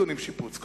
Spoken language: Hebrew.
טעונים שיפוץ,